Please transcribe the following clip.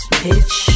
bitch